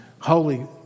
holy